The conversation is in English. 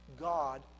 God